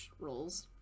roles